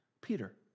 Peter